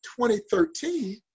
2013